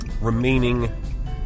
remaining